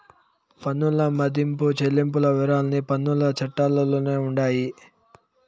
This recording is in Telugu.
పన్నుల మదింపు చెల్లింపుల వివరాలన్నీ పన్నుల చట్టాల్లోనే ఉండాయి